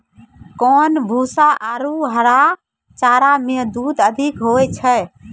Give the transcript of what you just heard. कोन भूसा आरु हरा चारा मे दूध अधिक होय छै?